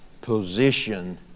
position